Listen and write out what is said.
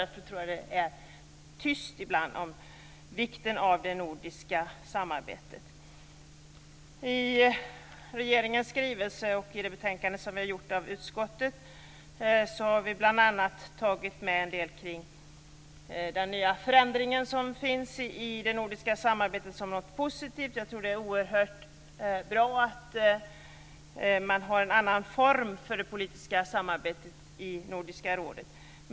Därför tror jag att det är lite tyst ibland om vikten av det nordiska samarbetet. I regeringens skrivelse och i utskottets betänkande står det i positiva ordalag om bl.a. den förändring som finns i det nordiska samarbetet. Jag tror att det är bra att det politiska samarbetet i Nordiska rådet har fått en annan form.